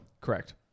Correct